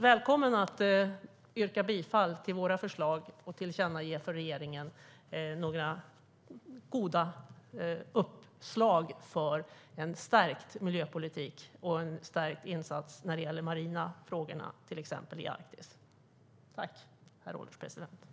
Välkommen att yrka bifall till våra förslag och tillkännage för regeringen några goda uppslag för en stärkt miljöpolitik och en stärkt insats när det gäller till exempel de marina frågorna i Arktis.